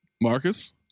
Marcus